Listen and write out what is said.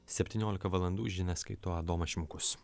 septyniolika valandų žinias skaito adomas šimkus